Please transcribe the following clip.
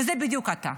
זה בדיוק אתה.